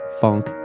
funk